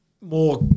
more